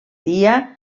dia